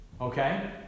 Okay